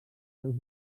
seus